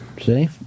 See